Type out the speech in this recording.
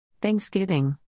Thanksgiving